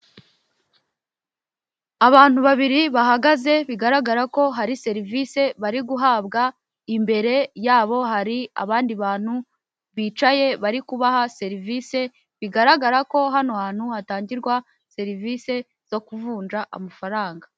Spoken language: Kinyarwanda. Abantu babiri bahagaze bigaragara ko hari serivisi bari guhabwa imbere yabo hari abandi bantu bicaye bari kubaha serivisi bigaragara ko hano hantu hatangirwa serivisi zo kuvunja amafaranga.